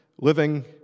living